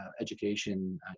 education